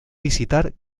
visitar